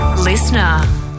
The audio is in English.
Listener